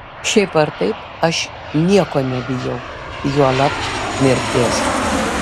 šiaip ar taip aš nieko nebijau juolab mirties